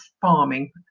farming